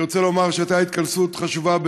אני רוצה לומר שהייתה התכנסות חשובה,